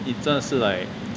你真是 like